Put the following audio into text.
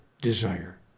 desire